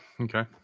Okay